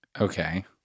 Okay